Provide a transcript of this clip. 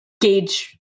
gauge